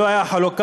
לא הייתה חלוקה,